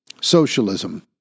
socialism